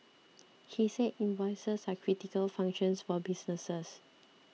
he said invoices are critical functions for businesses